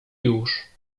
już